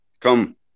Come